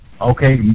okay